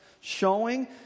showing